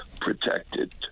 protected